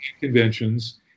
Conventions